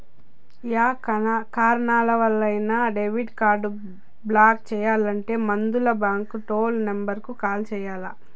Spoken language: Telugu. యా కారణాలవల్లైనా డెబిట్ కార్డు బ్లాక్ చెయ్యాలంటే ముందల బాంకు టోల్ నెంబరుకు కాల్ చెయ్యాల్ల